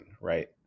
right